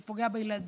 זה פוגע בילדים,